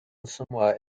somewhere